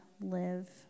live